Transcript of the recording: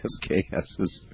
SKSs